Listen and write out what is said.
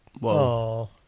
Whoa